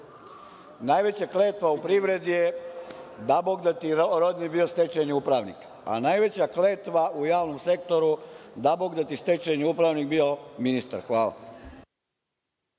Najveća kletva u privredi je – dabogda ti Rodni bio stečajni upravnik, a najveća kletva u javnom sektoru – dabogda ti stečajni upravnik bio ministar. Hvala.